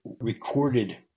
recorded